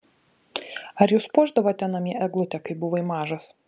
ar jūs puošdavote namie eglutę kai buvai mažas